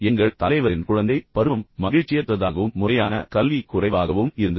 எங்கள் தலைவரின் குழந்தைப் பருவம் மகிழ்ச்சியற்றதாகவும் முறையான கல்வி குறைவாகவும் இருந்தது